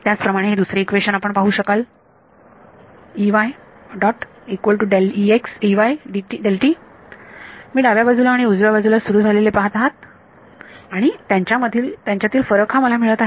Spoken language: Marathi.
त्याचप्रमाणे हे दुसरे इक्वेशन आपण पाहू शकाल मी डाव्या बाजूला आणि उजव्या बाजूला सुरू झालेले पाहत आहात आणि आणि त्यांच्यातील फरक हा मला मिळत आहे